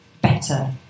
better